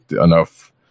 enough